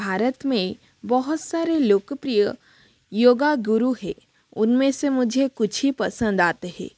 भारत में बहुत सारे लोकप्रिय योगा गुरु है उनमें से मुझे कुछ ही पसंद आते है